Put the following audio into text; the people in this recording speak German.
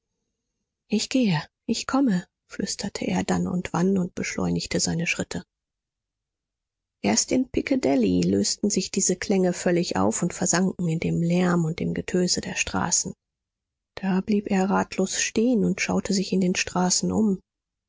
ich gehe ich komme flüsterte er dann und wann und beschleunigte seine schritte erst in picadilly lösten sich diese klänge völlig auf und versanken in dem lärm und dem getöse der straßen da blieb er ratlos stehen und schaute sich in den straßen um